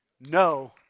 No